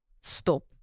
stop